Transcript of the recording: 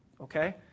okay